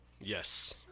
yes